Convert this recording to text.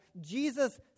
Jesus